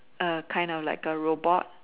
A kind of like a robot